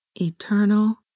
eternal